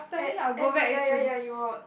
as as in ya ya ya you were